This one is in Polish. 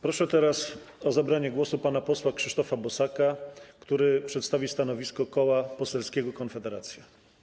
Proszę teraz o zabranie głosu pana posła Krzysztofa Bosaka, który przedstawi stanowisko Koła Poselskiego Konfederacja.